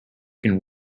can